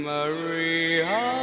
Maria